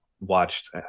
watched